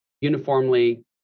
uniformly